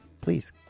please